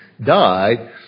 died